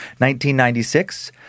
1996